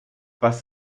was